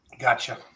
gotcha